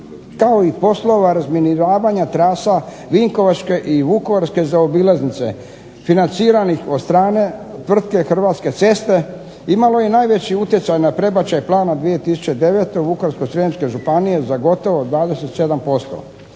kao i poslova razminiravanja trasa vinkovačke i vukovarske zaobilaznice financiranih od strane tvrtke Hrvatske ceste imalo je najveći utjecaj na prebačaj plana 2009. Vukovarsko-srijemske županije za gotovo 27%.